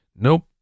Nope